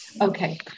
Okay